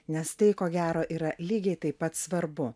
nes tai ko gero yra lygiai taip pat svarbu